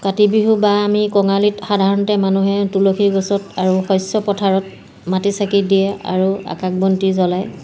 কাতি বিহু বা আমি কঙালীত সাধাৰণতে মানুহে তুলসী গছত আৰু শস্য পথাৰত মাটি চাকি দিয়ে আৰু আকাশ বন্তি জ্বলায়